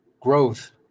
growth